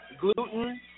Gluten